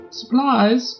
supplies